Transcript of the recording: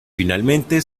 finalmente